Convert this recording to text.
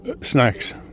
snacks